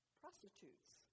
Prostitutes